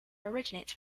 originates